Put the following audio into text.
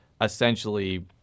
essentially